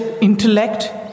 intellect